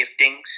giftings